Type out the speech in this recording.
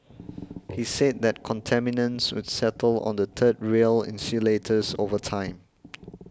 he said that contaminants would settle on the third rail insulators over time